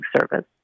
service